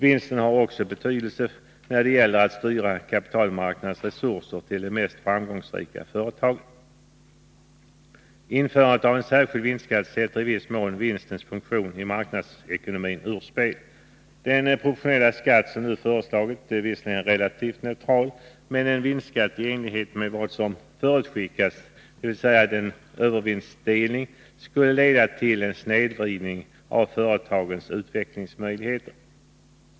Vinsten har också betydelse när det gäller att styra kapitalmarknadens resurser till de mest framgångsrika företagen. Införandet av en särskild vinstskatt sätter i viss mån vinstens funktion i marknadsekonomin ur spel. Den proportionella skatt som nu föreslagits är visserligen relativt neutral, men en vinstskatt i enlighet med vad som förutskickats, dvs. en övervinstdelning, skulle leda till en snedvridning av företagens utvecklingsmöjligheter.